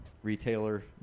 retailer